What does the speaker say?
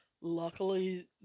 Luckily